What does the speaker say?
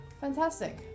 Fantastic